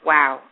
Wow